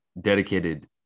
dedicated